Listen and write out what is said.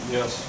Yes